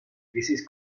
crisis